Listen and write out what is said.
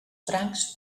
francs